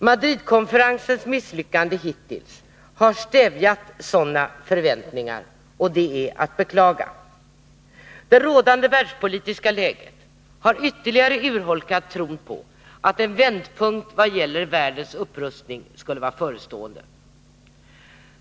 Madridkonferensens misslyckande hittills har stävjat sådana förväntningar, och det är att beklaga. Det rådande världspolitiska läget har ytterligare urholkat tron på att en vändpunkt vad gäller världens upprustning skulle vara förestående.